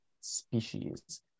species